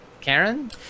Karen